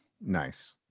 Nice